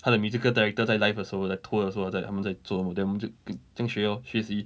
他的 musical director 在 live 的时候 like tour 的时候他们在他们在做什么 then 我们就近学 lor 学习